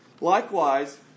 Likewise